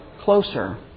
closer